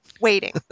waiting